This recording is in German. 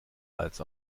als